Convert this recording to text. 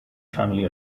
family